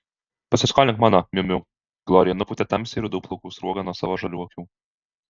pasiskolink mano miu miu glorija nupūtė tamsiai rudų plaukų sruogą nuo savo žalių akių